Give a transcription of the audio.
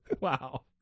wow